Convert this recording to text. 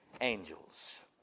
angels